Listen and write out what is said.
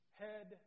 head